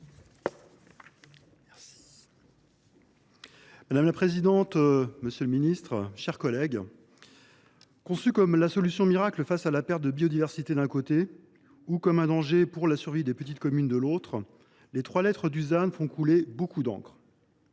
Madame la présidente, monsieur le ministre, mes chers collègues, présentés d’un côté comme la solution miracle face à la perte de biodiversité, de l’autre comme un danger pour la survie des petites communes, les trois lettres du ZAN font couler beaucoup d’encre.